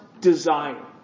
desire